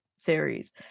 Series